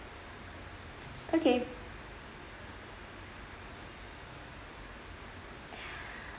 okay